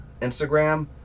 instagram